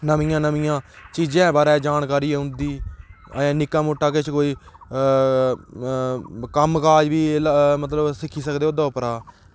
नमियें नमियें चीज़ें दे बारै च जानकारी औंदी निक्का मुट्टा किश कोई कम्म काज़ बी सिक्खी सकदे ओह्दे उप्परा